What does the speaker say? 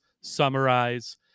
summarize